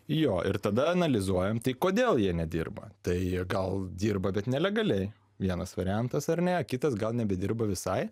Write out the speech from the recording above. jo ir tada analizuojam tai kodėl jie nedirba tai gal dirba bet nelegaliai vienas variantas ar ne kitas gal nebedirba visai